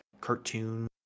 cartoon